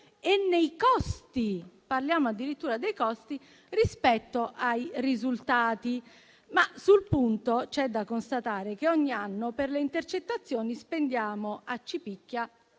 e nei costi - parliamo addirittura dei costi - rispetto ai risultati. Sul punto c'è però da constatare che ogni anno per le intercettazioni spendiamo addirittura